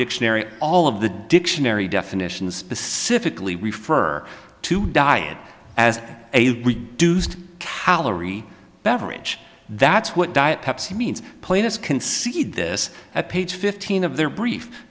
dictionary all of the dictionary definitions specifically refer to diet as a reduced calorie beverage that's what diet pepsi means planus can see this at page fifteen of their brief